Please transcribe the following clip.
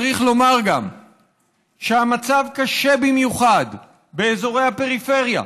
צריך לומר גם שהמצב קשה במיוחד באזורי הפריפריה,